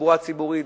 בתחבורה הציבורית,